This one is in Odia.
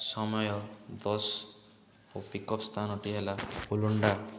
ସମୟ ଦଶ ଓ ପିକପ୍ ସ୍ଥାନଟି ହେଲା ବୁଲୁଣ୍ଡା